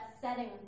setting